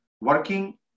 working